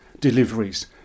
deliveries